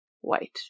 white